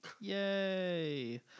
yay